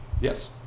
Yes